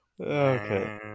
Okay